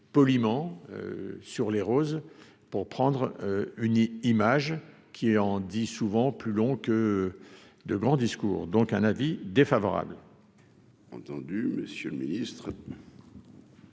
poliment sur les roses pour prendre une image qui en dit souvent plus long que de grands discours, donc un avis défavorable. Entendu, Monsieur le Ministre.